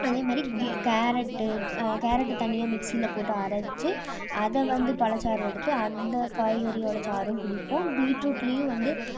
அதே மாதிரி கே கேரட்டு கேரட்டு தனியா மிக்சில் போட்டு அரைத்து அதை வந்து பழச்சாறு எடுத்து அந்த காய்கறியோடய சாறும் குடிப்போம் பீட்ரூட்லியும் வந்து